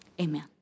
amen